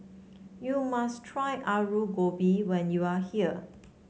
you must try Alu Gobi when you are here